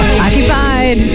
Occupied